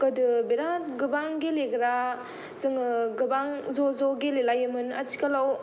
गोदो बिराथ गोबां गेलेग्रा जोङो गोबां ज' ज' गेलेलायोमोन आथिखालाव